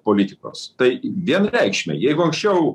politikos tai vienareikšmiai jeigu anksčiau